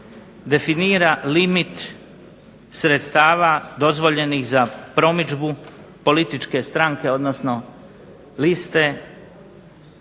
definira limit sredstava dozvoljenih za promidžbu političke stranke, odnosno liste